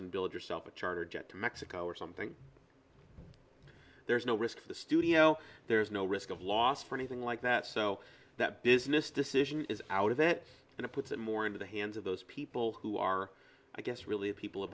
and build yourself a charter jet to mexico or something there's no risk to the studio there's no risk of loss for anything like that so that business decision is out of it and it puts it more into the hands of those people who are i guess really people